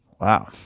wow